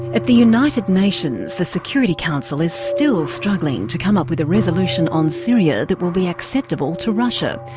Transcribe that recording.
at the united nations the security council is still struggling to come up with a resolution on syria that will be acceptable to russia.